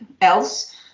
else